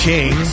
King